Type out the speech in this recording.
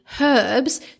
herbs